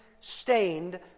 stained